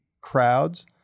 crowds